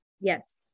Yes